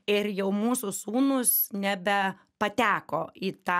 ir jau mūsų sūnūs nebe pateko į tą